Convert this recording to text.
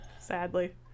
Sadly